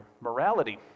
morality